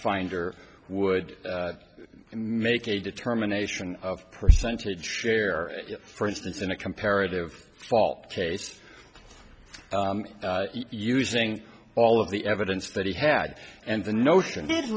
finder would make a determination of percentage share for instance in a comparative fault case using all of the evidence that he had and the notion did